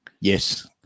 Yes